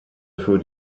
für